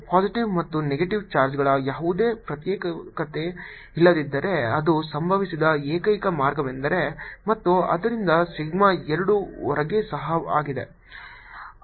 positive ಮತ್ತು negative ಚಾರ್ಜ್ಗಳ ಯಾವುದೇ ಪ್ರತ್ಯೇಕತೆ ಇಲ್ಲದಿದ್ದರೆ ಅದು ಸಂಭವಿಸದ ಏಕೈಕ ಮಾರ್ಗವಾಗಿದೆ ಮತ್ತು ಆದ್ದರಿಂದ ಸಿಗ್ಮಾ 2 ಹೊರಗೆ ಸಹ 0 ಆಗಿದೆ